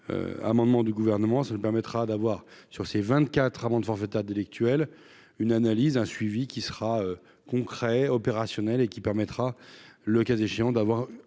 amendement du gouvernement, ça permettra d'avoir, sur ces 24 amende forfaitaire délictuelle, une analyse un suivi qui sera concret opérationnel et qui permettra, le cas échéant, d'avoir